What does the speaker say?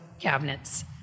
cabinets